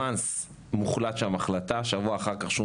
ברגע שמוחלטת שם החלטה ושבוע לאחר מכן שום